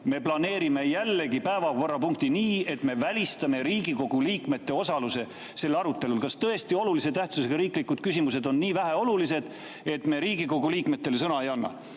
Me planeerime jälle päevakorrapunkti nii, et me välistame Riigikogu liikmete osaluse sellel arutelul. Kas tõesti olulise tähtsusega riiklikud küsimused on nii väheolulised, et me Riigikogu liikmetele sõna ei anna?